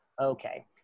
Okay